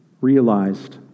realized